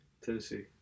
Tennessee